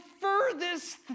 furthest